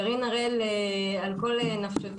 גרעין הראל על כל חבריו,